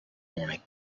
morning